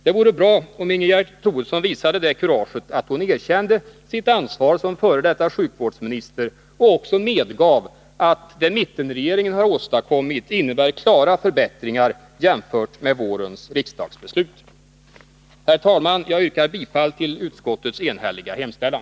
Det vore bra om Ingegerd Troedsson visade det kuraget att hon erkände sitt ansvar som f. d. sjukvårdsminister och också medgav att det mittenregeringen har åstadkommit innebär klara förbättringar jämfört med vårens riksdagsbeslut. Herr talman! Jag yrkar bifall till utskottets enhälliga hemställan.